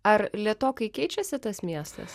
ar lėtokai keičiasi tas miestas